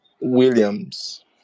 Williams